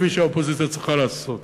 כפי שהאופוזיציה צריכה לעשות.